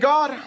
God